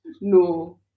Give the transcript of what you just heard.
No